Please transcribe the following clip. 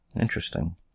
Interesting